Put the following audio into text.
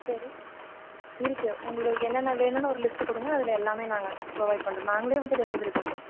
சரி இருக்குது உங்கள் என்னென்ன வேணும்னு ஒரு லிஸ்ட் கொடுங்க அதில் எல்லாமே நாங்கள் ப்ரொவைட் பண்ணுறோம் நாங்களே வந்து டெலிவெரி பண்ணுறோம்